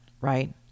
right